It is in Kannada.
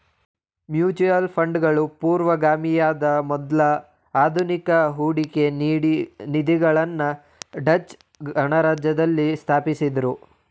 ಮ್ಯೂಚುಯಲ್ ಫಂಡ್ಗಳು ಪೂರ್ವಗಾಮಿಯಾದ ಮೊದ್ಲ ಆಧುನಿಕ ಹೂಡಿಕೆ ನಿಧಿಗಳನ್ನ ಡಚ್ ಗಣರಾಜ್ಯದಲ್ಲಿ ಸ್ಥಾಪಿಸಿದ್ದ್ರು